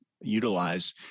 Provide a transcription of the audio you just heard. utilize